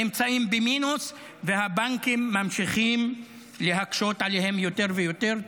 נמצאים במינוס והבנקים ממשיכים להקשות עליהם יותר ויותר.